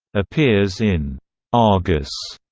appears in argus,